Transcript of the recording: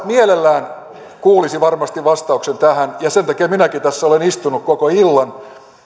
mielellään kuulisi vastauksen tähän ja sen takia minäkin tässä olen istunut koko illan